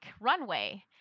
runway